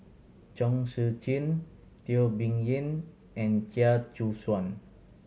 Chong Tze Chien Teo Bee Yen and Chia Choo Suan